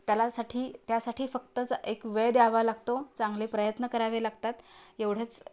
त्याला साठी त्यासाठी फक्तच एक वेळ द्यावा लागतो चांगले प्रयत्न करावे लागतात एवढंच